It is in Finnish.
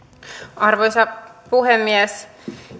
arvoisa puhemies